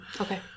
Okay